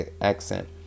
Accent